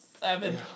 seven